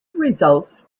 results